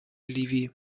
ливии